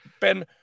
Ben